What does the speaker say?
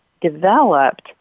developed